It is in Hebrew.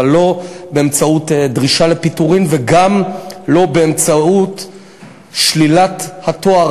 אבל לא באמצעות דרישה לפיטורין וגם לא באמצעות שלילת התואר